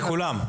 לכולם.